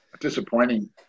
disappointing